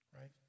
Right